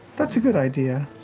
that's a good idea.